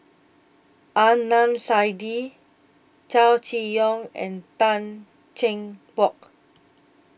Adnan Saidi Chow Chee Yong and Tan Cheng Bock